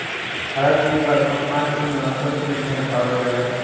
भारत में लगभग पाँचगो नसल के भेड़ पावल जाला